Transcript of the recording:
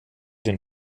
den